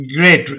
great